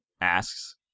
asks